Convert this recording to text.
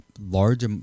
large